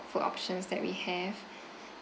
food options that we have